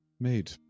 made